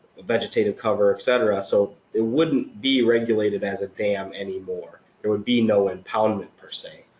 vegetated cover, et cetera, so it wouldn't be regulated as a dam anymore. there would be no impoundment, per se.